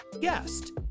guest